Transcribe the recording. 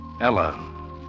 Ella